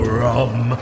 rum